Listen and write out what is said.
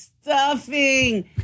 stuffing